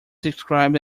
described